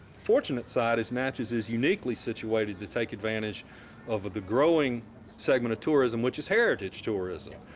fortunate side is natchez is uniquely situated to take advantage of the growing segment of tourism, which is heritage tourism.